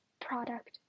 product